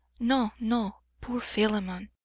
no, no, poor philemon!